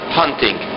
hunting